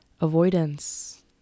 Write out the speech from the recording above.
avoidance